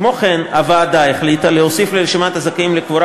כמו כן החליטה הוועדה להוסיף לרשימת הזכאים לקבורה